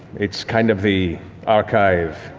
it's kind of the archive.